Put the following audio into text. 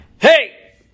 Hey